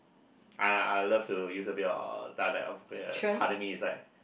uh I love to use a bit of dialect part of me is like